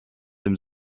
dem